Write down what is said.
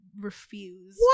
Refuse